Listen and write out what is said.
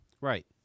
Right